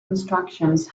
instructions